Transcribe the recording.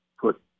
put